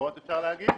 עודפות אפשר להגיד,